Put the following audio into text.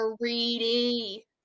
greedy